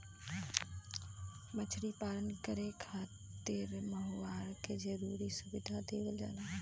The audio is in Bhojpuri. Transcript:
मछरी पालन करे खातिर मछुआरन के जरुरी सुविधा देवल जाला